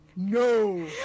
No